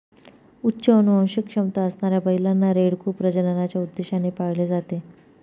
उच्च अनुवांशिक क्षमता असणाऱ्या बैलांना, रेडकू प्रजननाच्या उद्देशाने पाळले जाते